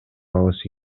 алышы